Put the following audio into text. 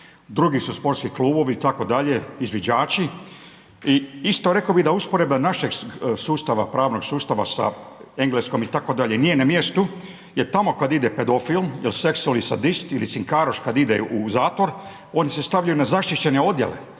drugi su sportski klubovi itd., izviđači. I isto rekao bi da usporedba našeg sustava, pravnog sustava sa Engleskom itd., nije na mjestu jer tamo kada ide pedofil, seksualni sadist ili cinkaroš kad ide u zatvor oni se stavljaju na zaštićene odjele.